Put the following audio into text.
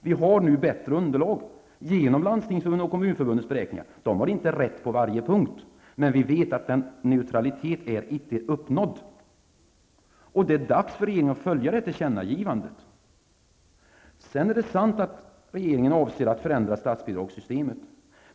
Vi har nu bättre underlag, genom Landstingsförbundets och Kommunförbundets beräkningar. De har inte rätt på varje punkt. Men vi vet att en neutralitet icke är uppnådd. Det är dags för regeringen att följa det tillkännagivandet. Det är sant att regeringen avser att förändra statsbidragssystemet.